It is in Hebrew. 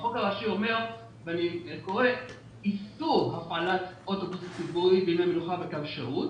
החוק הראשי אומר: איסור הפעלת אוטובוס ציבורי בימי מנוחה בקו שירות.